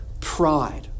pride